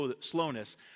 slowness